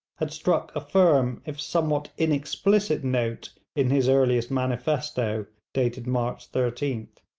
had struck a firm if somewhat inexplicit note in his earliest manifesto, dated march thirteenth.